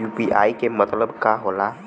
UPI के मतलब का होला?